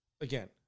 again